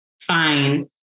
fine